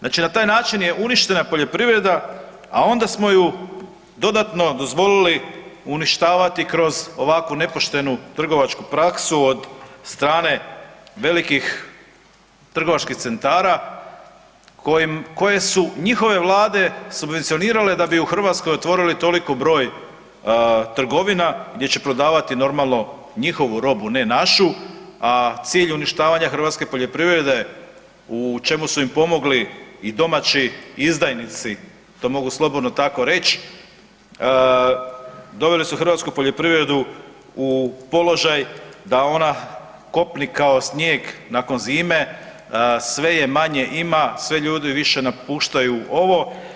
Znači na taj način je uništena poljoprivreda, a onda smo ju dodatno dozvolili uništavati kroz ovakvu nepoštenu trgovačku praksu od strane velikih trgovačkih centara koje su njihove vlade subvencionirale da bi u Hrvatskoj otvorili toliki broj trgovina gdje će prodavati normalno njihovu robu ne našu, a cilj uništavanja hrvatske poljoprivrede u čemu su im pomogli i domaći izdajnici, to mogu slobodno tako reć, doveli su hrvatsku poljoprivredu u položaj da ona kopni kao snijeg nakon zime, sve je manje ima, sve ljudi više napuštaju ovo.